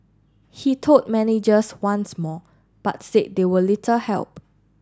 he told managers once more but said they were little help